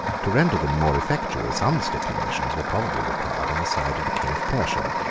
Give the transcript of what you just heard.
to render them more effectual, some stipulations were probably required on the side of the king of persia,